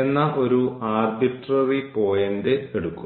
എന്ന ഒരു arbitrary point എടുക്കുന്നു